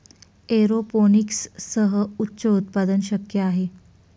एरोपोनिक्ससह उच्च उत्पादन शक्य आहे